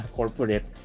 corporate